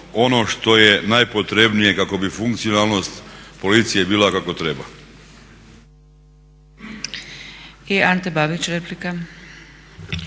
ono što je najpotrebnije kako bi funkcionalnost policije bila kako treba.